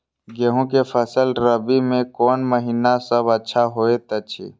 गेहूँ के फसल रबि मे कोन महिना सब अच्छा होयत अछि?